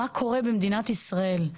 מה קורה במדינת ישראל.